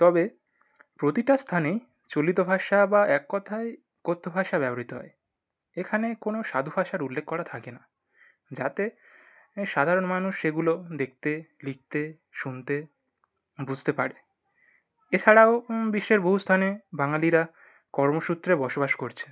তবে প্রতিটা স্থানে চলিত ভাষা বা এক কথায় কথ্য ভাষা ব্যবহৃত হয় এখানে কোনো সাধু ভাষার উল্লেখ করা থাকে না যাতে সাধারণ মানুষ সেগুলো দেখতে লিখতে শুনতে বুঝতে পারে এছাড়াও বিশ্বের বহু স্থানে বাঙালিরা কর্মসূত্রে বসবাস করছে